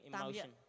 emotion